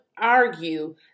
argue